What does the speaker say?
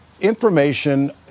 Information